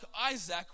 Isaac